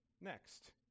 next